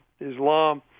Islam